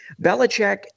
Belichick